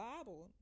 Bible